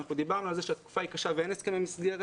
אנחנו דיברנו על כך שהתקופה היא קשה ואין הסכמי מסגרת